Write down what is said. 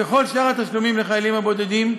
ככל שאר התשלומים לחיילים הבודדים,